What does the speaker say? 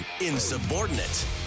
insubordinate